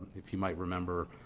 if you might remember,